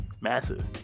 massive